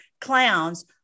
clowns